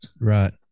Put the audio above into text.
Right